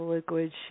Liquid